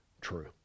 true